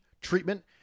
treatment